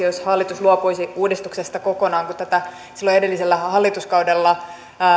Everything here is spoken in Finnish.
jos hallitus luopuisi uudistuksesta kokonaan kun tätä silloin edellisellä hallituskaudella